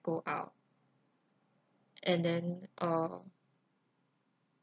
go out and then uh